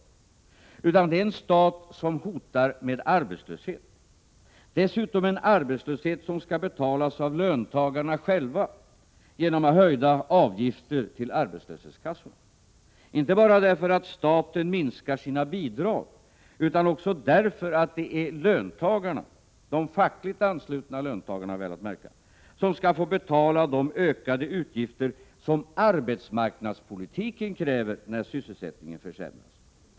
Det är en stat som hotar med arbetslöshet, dessutom en arbetslöshet som skall betalas av löntagarna själva genom höjda avgifter till arbetslöshetskassorna, inte bara därför att staten minskar sina bidrag utan också därför att det är löntagarna — de fackligt anslutna, väl att märka — som skall få betala de ökade utgifter som arbetsmarknadspolitiken kräver när sysselsättningen försämras.